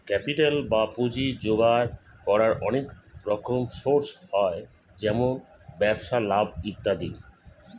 capital বা পুঁজি জোগাড় করার অনেক রকম সোর্স হয়, যেমন ব্যবসায় লাভ ইত্যাদি